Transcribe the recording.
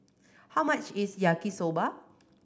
how much is Yaki Soba